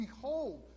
behold